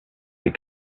les